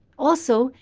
also,